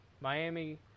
Miami